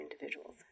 individuals